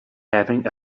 having